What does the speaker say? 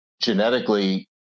genetically